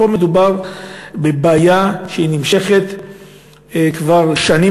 פה מדובר בבעיה שנמשכת כבר שנים.